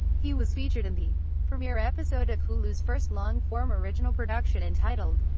he was featured in the premier episode of hulu's first long-form original production entitled,